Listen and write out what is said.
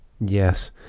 yes